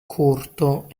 corto